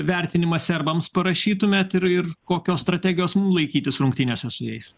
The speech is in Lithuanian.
vertinimą serbams parašytumėt ir ir kokios strategijos laikytis rungtynėse su jais